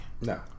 No